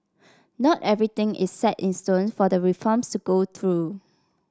not everything is set in stone for the reforms to go through